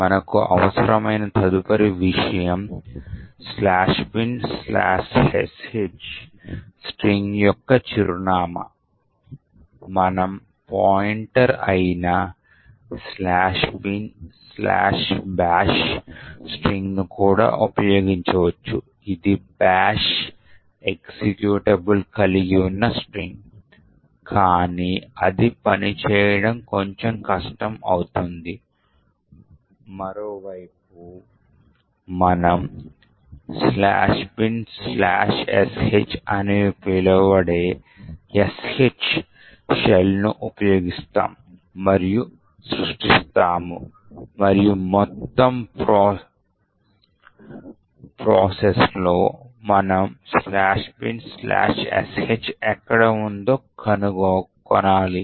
మనకు అవసరమైన తదుపరి విషయం "binsh" స్ట్రింగ్ యొక్క చిరునామా మనం పాయింటర్ అయిన "binbash" స్ట్రింగ్ను కూడా ఉపయోగించవచ్చుఇది బాష్ ఎక్జిక్యూటబుల్ కలిగి ఉన్న స్ట్రింగ్ కానీ అది పని చేయడం కొంచెం కష్టం అవుతుంది మరోవైపు మనం "binsh" అని పిలువబడే sh shellను ఉపయోగిస్తాము మరియు సృష్టిస్తాము మరియు మొత్తం ప్రాసెస్ లో మనం "binsh" ఎక్కడ ఉందో కనుగొనాలి